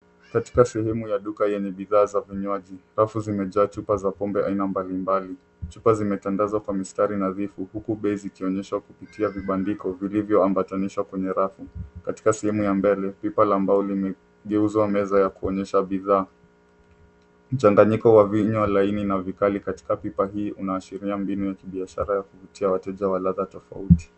Katika sehemu ya duka yenye bidhaa za vinywaji. Rafu zimejaa chupa za pombe aina mbalimbali. Chupa zimetandazwa kwa mistari nadhifu, huku bei zikionyeshwa kupitia vibandiko, vilivyoambatanishwa kwenye rafu. Katika sehemu ya mbele, pipa la mbao limegeuzwa meza ya kuonyesha bidhaa. Mchanganyiko wa vinywa laini na vikali katika pipa hii unaashiria mbinu ya kibiashara ya kuvutia wateja wa ladha tofauti.